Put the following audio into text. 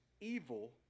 evil